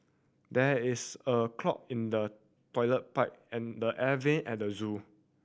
there is a clog in the toilet pipe and the air vent at the zoo